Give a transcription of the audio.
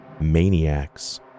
maniacs